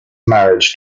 marriage